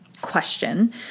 Question